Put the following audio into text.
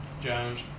Jones